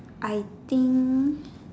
I think